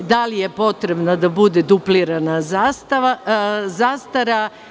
Da li je potrebno da bude duplirana zastara?